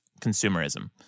consumerism